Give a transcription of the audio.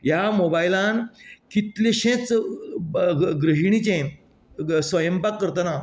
ह्या मोबायलान कितलेंशेच गृहिणीचे स्वयंपाक करतना